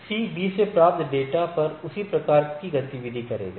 C B से प्राप्त data पर उसी प्रकार की गतिविधि करेगा